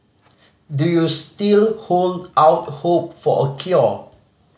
do you still hold out hope for a cure